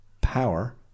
power